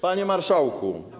Panie Marszałku!